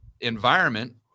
environment